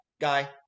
guy